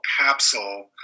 capsule